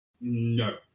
No